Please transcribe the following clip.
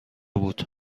بود